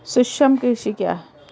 सूक्ष्म कृषि क्या है?